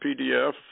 PDF